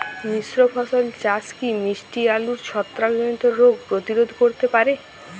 মিশ্র ফসল চাষ কি মিষ্টি আলুর ছত্রাকজনিত রোগ প্রতিরোধ করতে পারে?